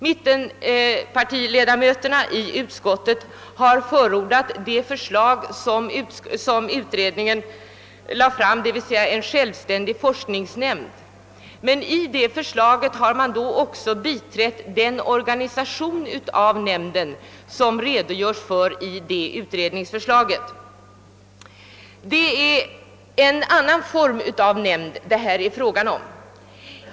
Mittenpartiledamöterna i utskottet har förordat det förslag som utredningen lade fram, d.v.s. en självständig forskningsnämnd, men i det förslaget har man då också biträtt den organisation av nämnden som redogjorts för i utredningsförslaget. Det är en annan form av nämnd det då är fråga om.